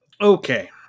Okay